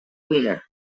cuina